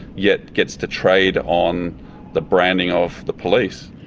yet gets to trade on the branding of the police.